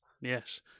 Yes